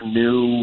new